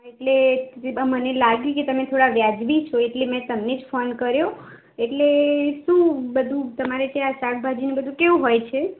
હા એટલે તેમાં મને લાગ્યું કે તમે થોડા વ્યાજબી છો એટલે મેં તમને જ ફોન કર્યો એટલે શું બધું તમારે ત્યાં શાકભાજીને બધું કેવું હોય છે